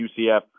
UCF